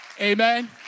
Amen